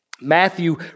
Matthew